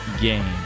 game